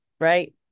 right